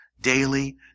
Daily